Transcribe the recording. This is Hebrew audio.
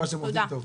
תודה.